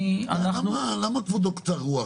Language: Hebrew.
למה כבודו קצר רוח?